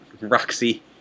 Roxy